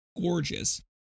gorgeous